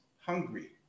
hungry